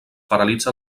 paralitza